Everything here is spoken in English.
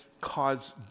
cause